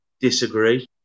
disagree